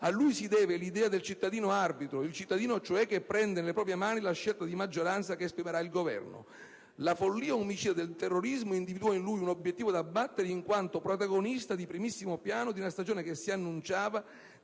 A lui si deve l'idea del cittadino arbitro, il cittadino cioè che prende nelle proprie mani la scelta di maggioranza che esprimerà il Governo. La follia omicida del terrorismo individuò in lui un obiettivo da abbattere in quanto protagonista di primissimo piano di una stagione che si annunciava